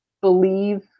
believe